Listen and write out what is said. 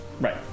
Right